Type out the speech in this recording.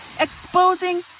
exposing